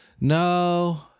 No